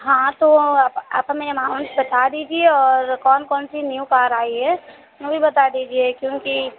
हाँ तो वो आप आप हमें अमाउंट बता दीजिए और कौन कौनसी न्यू कार आई हैं वो भी बता दीजिए क्योंकि